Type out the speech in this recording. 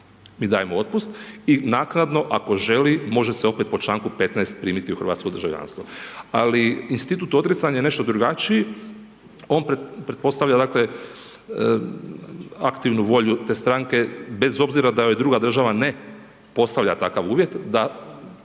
i dajemo otpust i naknadno, ako želi, može se opet po čl. 15 primiti u hrvatsko državljanstvo, ali institut odricanja je nešto drugačiji. On pretpostavlja aktivnu volju te stranke, bez obzira da joj druga država ne postavlja takav uvjet da